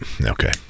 Okay